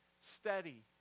steady